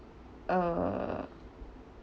uh